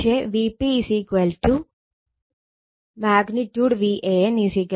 പക്ഷെ Vp |Van| |Vbn| |Vcn|